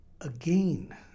again